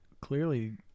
clearly